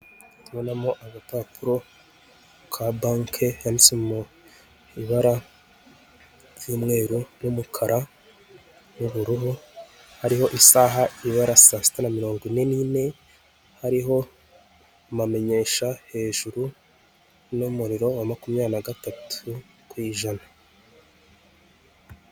Urabonamo agapapuro ka banki yanditse mu ibara ry'umweru n'umukara, nubururu hariho isaha ibara saa sita na mirongo ine n'ine hariho amamenyesha hejuru, n'umuriro wa makumyabiri na gatatu kw'ijana.